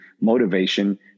motivation